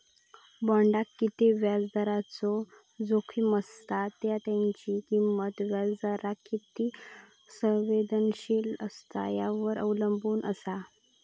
बॉण्डाक किती व्याजदराचो जोखीम असता त्या त्याची किंमत व्याजदराक किती संवेदनशील असता यावर अवलंबून असा